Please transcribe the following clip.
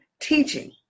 teaching